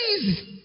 easy